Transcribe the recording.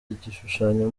igishushanyo